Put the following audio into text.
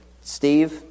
Steve